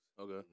Okay